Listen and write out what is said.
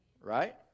Right